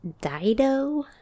Dido